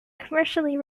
commercially